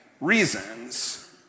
reasons